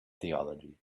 theology